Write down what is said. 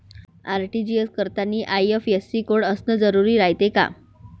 RTGS करतांनी IFSC code असन जरुरी रायते का?